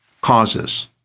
causes